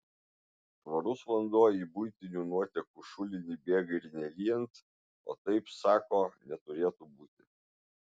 švarus vanduo į buitinių nuotekų šulinį bėga ir nelyjant o taip sako neturėtų būti